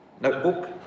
Notebook